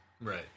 Right